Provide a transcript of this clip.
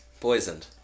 poisoned